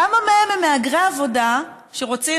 כמה מהם הם מהגרי עבודה שרוצים,